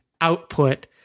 output